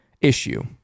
issue